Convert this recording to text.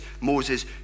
Moses